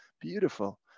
beautiful